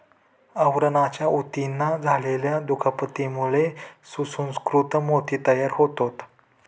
आवरणाच्या ऊतींना झालेल्या दुखापतीमुळे सुसंस्कृत मोती तयार होतात